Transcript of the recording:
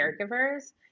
caregivers